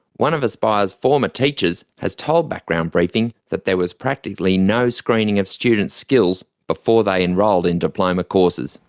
one of aspire's former teachers has told background briefing that there was practically no screening of students' skills before they enrolled in diploma courses.